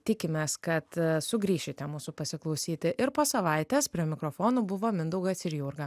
tikimės kad sugrįšite mūsų pasiklausyti ir po savaitės prie mikrofonų buvo mindaugas ir jurga